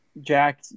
Jack